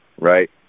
right